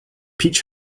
peach